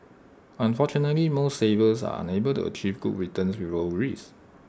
unfortunately most savers are unable to achieve good returns with low risk